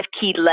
key